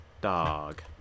dog